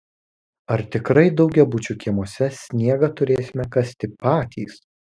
ar tikrai daugiabučių kiemuose sniegą turėsime kasti patys